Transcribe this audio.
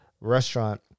restaurant